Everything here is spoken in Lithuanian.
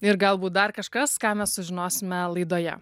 ir galbūt dar kažkas ką mes sužinosime laidoje